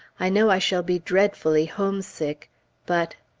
i know i shall be dreadfully homesick but